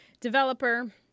developer